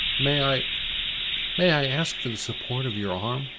may i may i ask for the support of your arm?